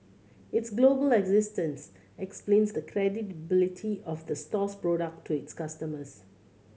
its global existence explains the credibility of the store's product to its customers